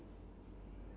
ya